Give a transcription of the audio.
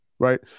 Right